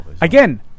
Again